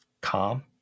calm